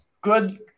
good